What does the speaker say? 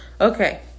okay